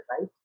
right